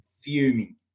fuming